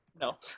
No